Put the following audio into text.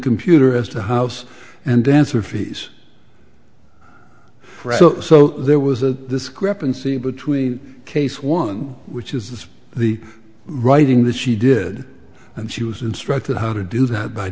computer as the house and then through fees so there was a discrepancy between case one which is the writing that she did and she was instructed how to do that by